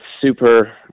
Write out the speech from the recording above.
super